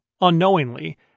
unknowingly